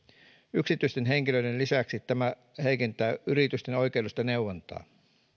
yksityisten henkilöiden lisäksi tämä heikentää yritysten oikeudellista neuvontaa